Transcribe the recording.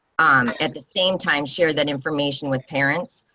on at the same time share that information with parents,